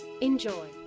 Enjoy